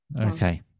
Okay